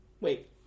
Wait